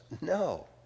No